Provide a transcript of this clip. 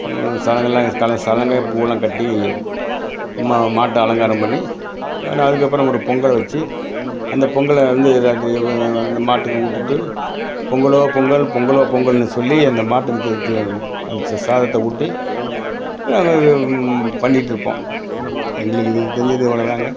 சலங்கைலாம் காலில் சலங்கை பூவெல்லாம் கெட்டி ம மாட்டை அலங்காரம் பண்ணி நான் அதுக்கப்புறம் கொண்டு பொங்கலை வச்சு அந்த பொங்கலை வந்து அது அந்த மாட்டுக்கு ஊட்டிட்டு பொங்கலோ பொங்கல் பொங்கலோ பொங்கல்னு சொல்லி அந்த மாட்டுக்கு இது இது அந்த சாதத்தை ஊட்டி அதுமாதிரி பண்ணிட்டுருப்போம் எங்களுக்கு இது தெரிஞ்சது இவ்வளோ தாங்க